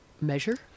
measure